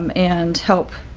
um and help,